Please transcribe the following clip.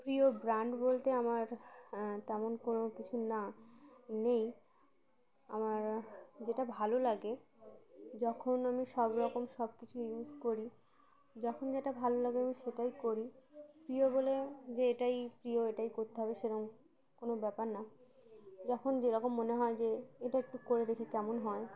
প্রিয় ব্র্যান্ড বলতে আমার তেমন কোনো কিছু না নেই আমার যেটা ভালো লাগে যখন আমি সব রকম সব কিছুই ইউজ করি যখন যেটা ভালো লাগে আমি সেটাই করি প্রিয় বলে যে এটাই প্রিয় এটাই করতে হবে সেরকম কোনো ব্যাপার না যখন যেরকম মনে হয় যে এটা একটু করে দেখি কেমন হয়